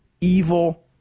evil